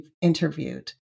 interviewed